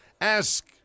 Ask